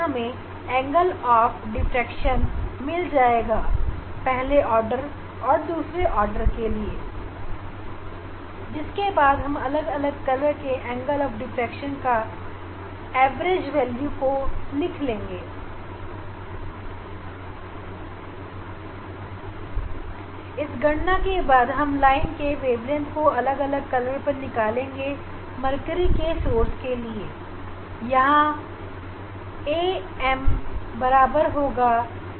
हम पहले और दूसरे ऑर्डर के लिए इस 2θ का औसत निकाल लेंगे और इसका आधा करने के बाद हमें अलग अलग रंगों और अलग अलग आर्डर के लिए डिफ़्रैक्शन का कोड मिल जाएगा